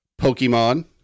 Pokemon